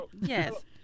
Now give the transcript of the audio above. Yes